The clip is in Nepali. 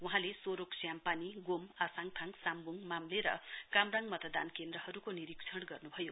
वहाँले सोरोक स्यामपानीगोम आसाङथाङ साम्बूङ माम्ले र कामराङ मतदान केन्द्रहरुको निरीक्षक गर्नुभयो